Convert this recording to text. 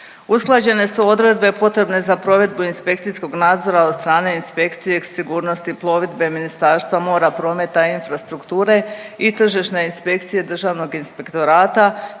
Usklađene su odredbe potrebne za provedbu inspekcijskog nadzora od strane inspekcije sigurnosti plovidbe Ministarstva mora, prometa i infrastrukture i tržišne inspekcije Državnog inspektorata